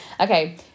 Okay